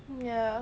ya